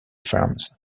farms